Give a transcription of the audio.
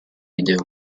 video